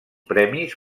premis